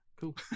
cool